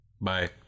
Bye